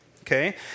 okay